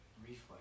Reflex